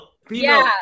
Female